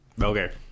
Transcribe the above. Okay